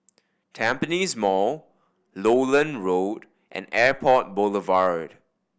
Tampines Mall Lowland Road and Airport Boulevard